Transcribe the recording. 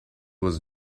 was